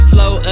Flow